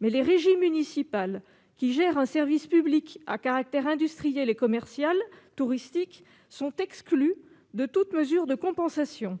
Les régies municipales qui gèrent un service public à caractère industriel et commercial touristique sont exclues de toute mesure de compensation.